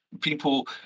people